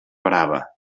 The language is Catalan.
brava